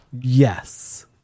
Yes